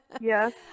Yes